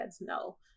no